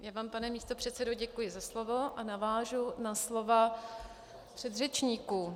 Já vám, pane místopředsedo, děkuji za slovo a navážu na slova předřečníků.